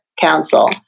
council